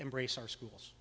embrace our schools